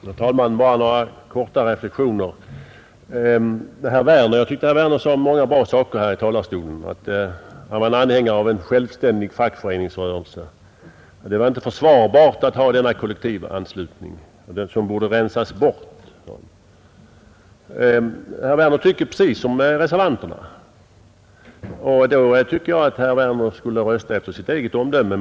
Herr talman! Bara några korta reflexioner! Jag tyckte att herr Werner i Tyresö sade många bra saker här i talarstolen — han var anhängare av en självständig fackföreningsrörelse, det var inte försvarbart att ha denna kollektivanslutning och den borde rensas bort. Herr Werner tycker precis som reservanterna, och då anser jag att herr Werner borde rösta efter sitt eget omdöme.